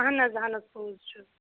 اہن حظ اہن حظ پوٚز چھُ